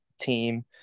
team